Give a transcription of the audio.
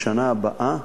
בשנה הבאה